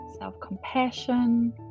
self-compassion